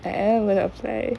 I am going to apply